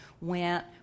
went